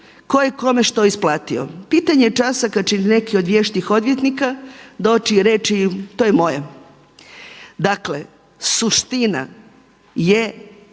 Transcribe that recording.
tko je kome što isplatio. Pitanje je časa kada će neki od vještih odvjetnika doči i reči to je moje. Dakle, suština je raditi